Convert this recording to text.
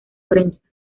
prensa